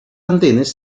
andenes